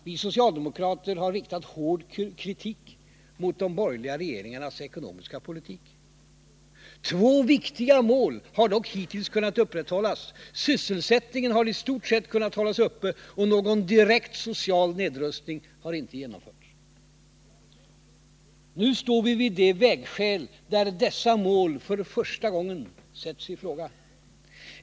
Vi socialdemokrater har riktat hård kritik mot de borgerliga regeringarnas ekonomiska politik. Två viktiga mål har dock hittills kunnat upprätthållas: Sysselsättningen har i stort sett kunnat hållas uppe, och någon direkt social nedrustning har inte genomförts. Nu står vi vid det vägskäl där dessa mål för första gången sätts i fråga.